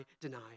deny